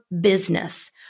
business